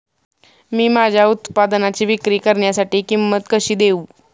मी माझ्या उत्पादनाची विक्री करण्यासाठी किंमत कशी देऊ?